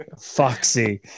Foxy